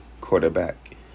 quarterback